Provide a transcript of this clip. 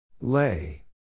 Lay